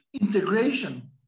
integration